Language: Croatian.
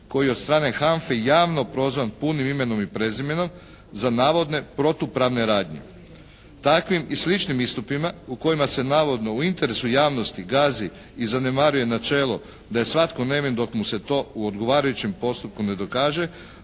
koji je od strane HANFA-e javno prozvan punim imenom i prezimenom za navodne protupravne radnje. Takvim i sličnim istupima u kojima se navodno u interesu javnosti gazi i zanemaruje načelo da je svatko nevin dok mu se to u odgovarajućem postupku ne dokaže,